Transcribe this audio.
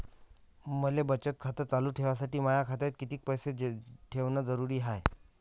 मले बचत खातं चालू ठेवासाठी माया खात्यात कितीक पैसे ठेवण जरुरीच हाय?